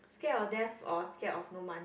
scared of death or scared of no money